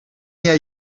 jij